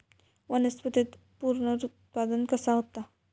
वनस्पतीत पुनरुत्पादन कसा होता?